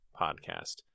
podcast